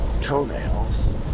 toenails